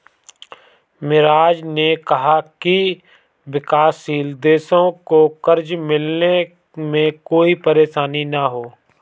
मिराज ने कहा कि विकासशील देशों को कर्ज मिलने में कोई परेशानी न हो